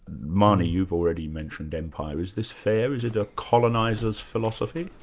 marnie, you've already mentioned empire is this fair, is it a coloniser's philosophy?